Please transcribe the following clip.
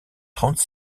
trente